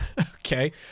Okay